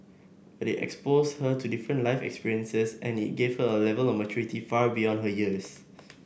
but it exposed her to different life experiences and it gave her A Level of maturity far beyond her years